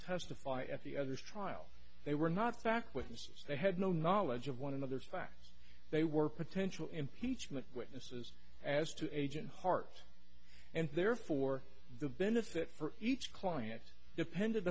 testify at the other's trial they were not back with us they had no knowledge of one another's facts they were potential impeachment witnesses as to agent heart and therefore the benefit for each client depende